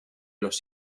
los